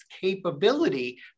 capability